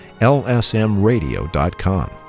lsmradio.com